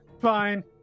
Fine